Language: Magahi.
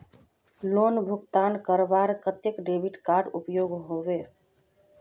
लोन भुगतान करवार केते डेबिट कार्ड उपयोग होबे?